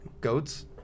goats